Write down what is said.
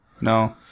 No